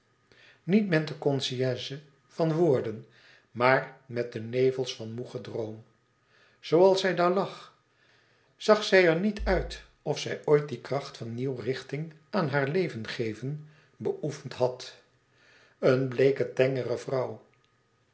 niet met het concieze van woorden maar met de nevels van moê gedroom zoo als zij daar lag zag zij er niet uit of zij ooit die kracht van nieuwe richting aan haar leven geven beoefend had een bleeke tengere vrouw